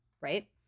Right